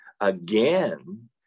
again